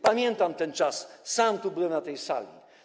Pamiętam ten czas, sam tu byłem, na tej sali.